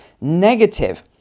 negative